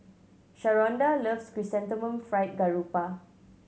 Sharonda loves Chrysanthemum Fried Garoupa